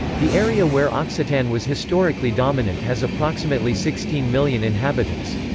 the area where occitan was historically dominant has approximately sixteen million inhabitants.